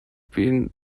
been